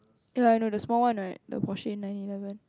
ya I know the small one right the Porshe nine eleven